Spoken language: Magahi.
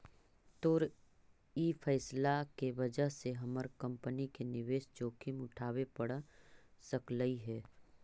तोर ई फैसला के वजह से हमर कंपनी के निवेश जोखिम उठाबे पड़ सकलई हे